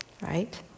right